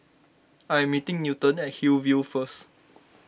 I am meeting Newton at Hillview first